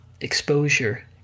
exposure